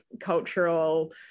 cultural